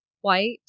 white